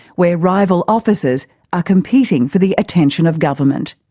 where rival officers are competing for the attention of government.